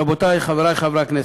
רבותי, חברי חברי הכנסת,